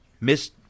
Miss